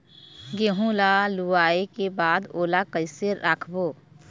गेहूं ला लुवाऐ के बाद ओला कइसे राखबो?